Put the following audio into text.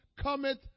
cometh